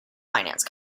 finance